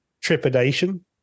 trepidation